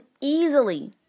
easily